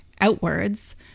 outwards